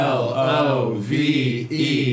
love